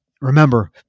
Remember